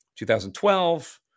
2012